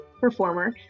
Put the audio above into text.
performer